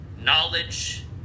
Knowledge